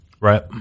Right